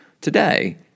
today